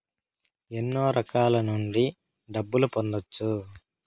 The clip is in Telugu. ఎన్నో రకాల నుండి డబ్బులు పొందొచ్చు